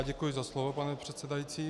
Děkuji za slovo, pane předsedající.